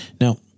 Now